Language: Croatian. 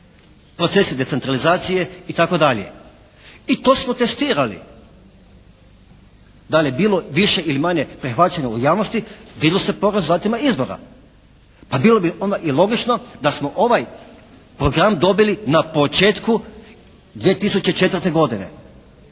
procesi decentralizacije itd. i to smo testirali. Da li je bilo više ili manje prihvaćanja u javnosti vidjelo se po rezultatima izbora. Pa bilo bi onda i logično da smo ovaj program dobili na početku 2004. godine